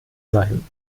sein